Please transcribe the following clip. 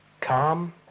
Calm